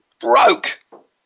broke